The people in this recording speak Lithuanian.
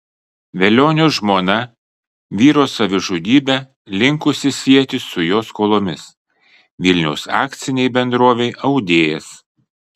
velionio žmona vyro savižudybę linkusi sieti su jo skolomis vilniaus akcinei bendrovei audėjas